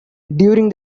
during